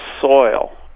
soil